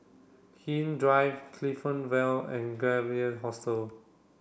Hindhede Drive Clifton Vale and Gap Year Hostel